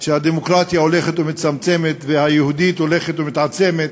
שהדמוקרטיה הולכת ומצטמצמת והיהודית הולכת ומתעצמת,